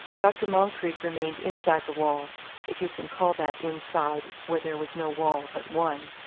dr. moncrieff remained inside the wall if you can call that inside where there was no wall but one.